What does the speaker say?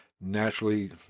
naturally